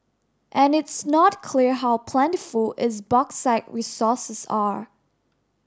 and it's not clear how plentiful its bauxite resources are